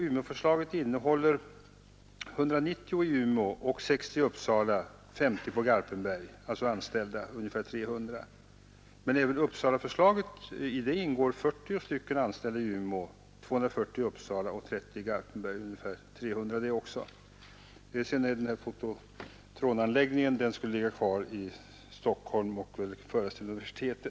Umeåförslaget innebär 190 tjänster i Umeå, 60 i Uppsala och 50 i Garpenberg — alltså 300 anställda. I Uppsalaförslaget ingår 40 anställda i Umeå, 240 i Uppsala och 30 Garpenberg — ungefär 300 det också. Fototronanläggningen skulle ligga kvar i Stockholm och väl föras till universitet.